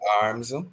arms